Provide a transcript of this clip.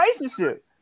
relationship